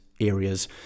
areas